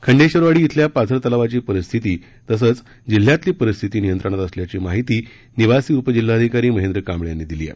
खंडेश्वरवाडी इथल्या पाझर तलावाची परिस्थिती तसंच जिल्ह्यातली परिस्थिती नियंत्रणात असल्याची माहिती निवासी उपजिल्हाधिकारी महेंद्र कांबळे यांनी दिली आहे